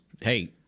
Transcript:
hey